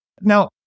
Now